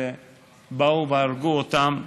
ובאו והרגו אותן.